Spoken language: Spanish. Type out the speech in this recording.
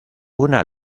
una